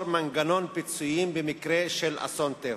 מנגנון פיצויים במקרה של אסון טבע.